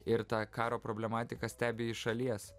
ir tą karo problematiką stebi iš šalies